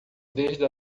desde